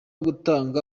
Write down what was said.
gutanga